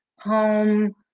home